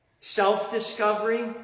Self-discovery